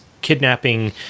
kidnapping